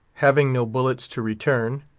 having no bullets to return,